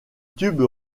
tube